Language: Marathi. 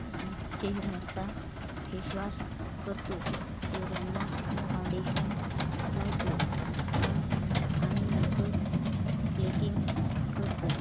चेहऱ्याचा फेशवाॉश करतो चेहऱ्यांना फाऊंडेशन लायतो मग आणि नंतर प्लेकिंग करतो